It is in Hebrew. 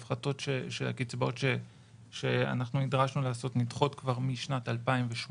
ההפחתות של הקצבאות שאנחנו נדרשנו לעשות נדחות כבר משנת 2018